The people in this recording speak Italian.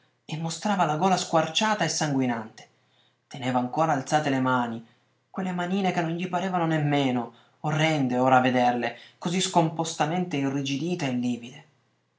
e mostrava la gola squarciata e sanguinante teneva ancora alzate le mani quelle manine che non gli parevano nemmeno orrende ora a vederle così scompostamente irrigidite